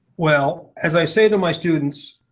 well, as i say to my students,